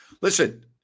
Listen